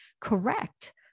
correct